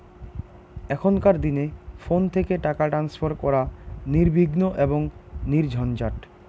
এখনকার দিনে ফোন থেকে টাকা ট্রান্সফার করা নির্বিঘ্ন এবং নির্ঝঞ্ঝাট